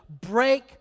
break